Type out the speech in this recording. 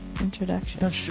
introduction